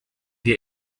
die